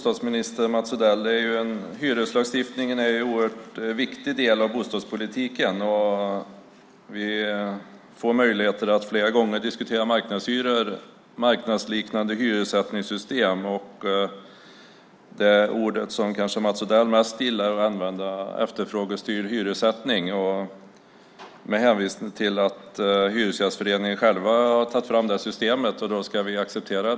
Fru talman! Hyreslagstiftningen är en oerhört viktig del av bostadspolitiken, bostadsminister Mats Odell. Vi får flera möjligheter att diskutera marknadshyror, marknadsliknande hyressättningssystem och det ord som Mats Odell kanske mest gillar att använda, nämligen efterfrågestyrd hyressättning, med hänvisning till att Hyresgästföreningen själv har tagit fram det systemet och därför ska vi acceptera det.